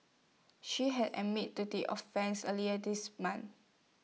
she had admitted to the offences earlier this month